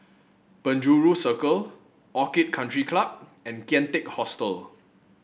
Penjuru Circle Orchid Country Club and Kian Teck Hostel